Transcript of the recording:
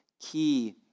key